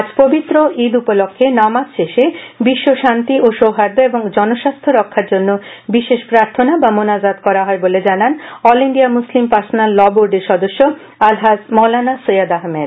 আজ পবিত্র ঈদ উপলক্ষ্যে নামাজ শেষে বিশ্ব শান্তি ও সৌহার্দ্য এবং জনস্বাস্থ্য রক্ষার জন্য বিশেষ প্রার্থনা বা মোনাজাত করা হয় বলে জানান অল ইন্ডিয়া মুসলিম পারসোন্যাল লবোর্ডের সদস্য আলহাজ মৌলানা সৈয়দ আহমেদ